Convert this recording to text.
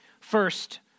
First